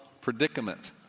predicament